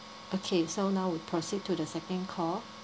okay so now we proceed to the second call